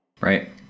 Right